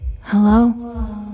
Hello